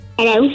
Hello